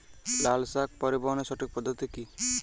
লালশাক পরিবহনের সঠিক পদ্ধতি কি?